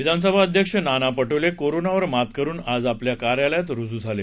विधानसभा अध्यक्ष नाना पटोले कोरोनावर मात करुन आज आपल्या कार्यालयात रुजू झाले